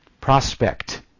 prospect